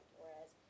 whereas